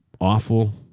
awful